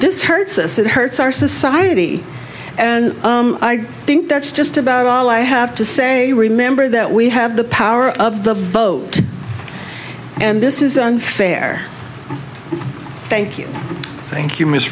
this hurts us it hurts our society and i think that's just about all i have to say remember that we have the power of the vote and this is unfair thank you thank you m